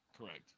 correct